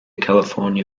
california